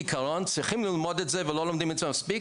כעיקרון צריכים ללמוד את זה ולא לומדים את זה מספיק,